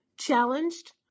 challenged